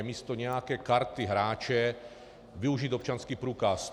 Místo nějaké karty hráče využít občanský průkaz.